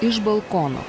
iš balkono